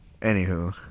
Anywho